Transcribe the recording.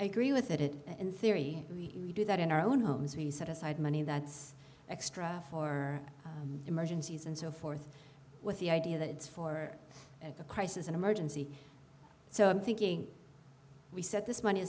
agree with it in theory we do that in our own homes we set aside money that's extra for emergencies and so forth with the idea that it's for a crisis an emergency so i'm thinking we set this money